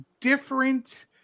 different